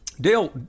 Dale